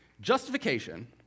Justification